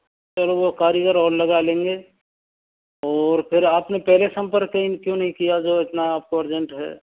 चलो वो कारीगर और लगा लेंगे और फिर आपने पहले संपर्क क्यूँ नहीं किया जो इतना आपको अर्जेंट है